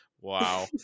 Wow